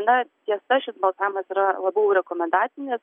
na tiesa šis balsavimas yra labiau rekomendacinis